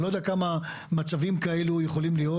אני לא יודע כמה מצבים כאלו יכולים להיות,